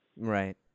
Right